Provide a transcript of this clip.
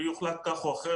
ויוחלט כך או אחרת,